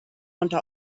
unter